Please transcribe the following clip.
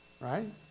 right